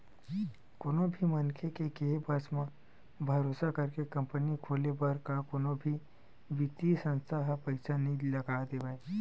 कोनो भी मनखे के केहे बस म, भरोसा करके कंपनी खोले बर का कोनो भी बित्तीय संस्था ह पइसा नइ लगा देवय